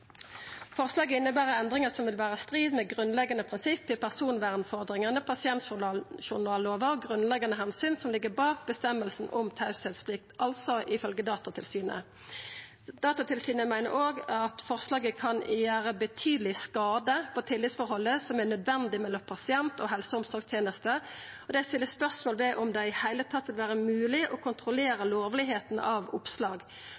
Forslaget inneber endringar som vil vera i strid med grunnleggjande prinsipp i personvernforordninga, pasientjournallova og grunnleggjande omsyn som ligg bak føresegna om teieplikt, altså ifølgje Datatilsynet. Datatilsynet meiner òg at forslaget kan gjera betydeleg skade på tillitsforholdet som er nødvendig mellom pasient og helse- og omsorgsteneste, og dei stiller spørsmål ved om det i det heile vil vera mogleg å kontrollera lovlegskapen av oppslag.